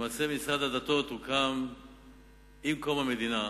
למעשה, משרד הדתות הוקם עם קום המדינה,